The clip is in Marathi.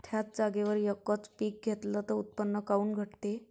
थ्याच जागेवर यकच पीक घेतलं त उत्पन्न काऊन घटते?